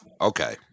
Okay